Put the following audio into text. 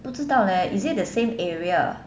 不知道 leh is it the same area